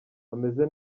bameze